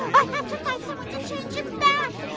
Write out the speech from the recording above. i have to find someone to change him back,